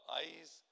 eyes